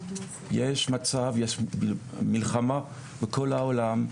יש מצב מלחמה בכל העולם,